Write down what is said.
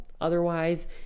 Otherwise